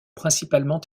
principalement